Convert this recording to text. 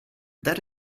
that